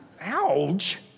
ouch